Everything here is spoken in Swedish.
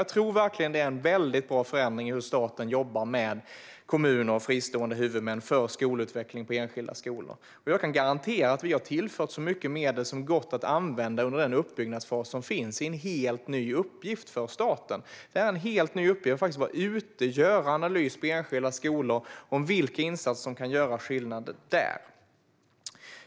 Jag tror verkligen att det är en väldigt bra förändring i hur staten jobbar med kommuner och fristående huvudmän för skolutveckling på enskilda skolor. Jag kan garantera att vi har tillfört så mycket medel som det har gått att använda under uppbyggnadsfasen. Det är en helt ny uppgift för staten - att vara ute och göra analyser på enskilda skolor av vilka insatser som kan göra skillnad där. Fru talman!